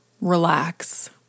relax